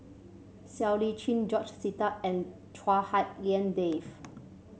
Siow Lee Chin George Sita and Chua Hak Lien Dave